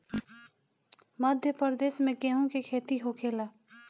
मध्यप्रदेश में गेहू के खेती होखेला